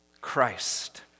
Christ